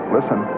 Listen